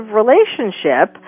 relationship